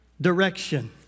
direction